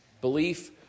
Belief